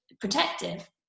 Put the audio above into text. protective